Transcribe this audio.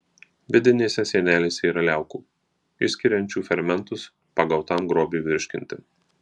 vidinėse sienelėse yra liaukų išskiriančių fermentus pagautam grobiui virškinti